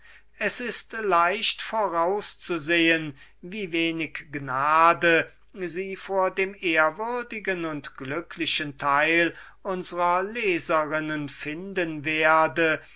es ist leicht vorauszusehen wie wenig gnade sie vor dem ehrwürdigen und glücklichen teil unsrer leserinnen finden werde